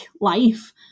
life